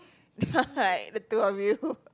the two of you